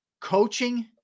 Coaching